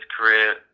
career